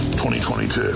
2022